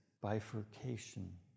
bifurcation